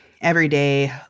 everyday